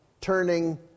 turning